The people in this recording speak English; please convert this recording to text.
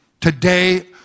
Today